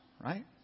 right